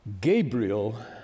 Gabriel